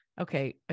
okay